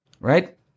right